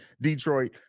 Detroit